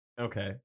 okay